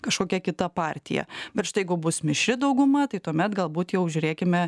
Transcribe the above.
kažkokia kita partija bet štai jeigu bus mišri dauguma tai tuomet galbūt jau žiūrėkime